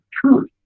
truth